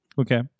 Okay